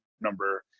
number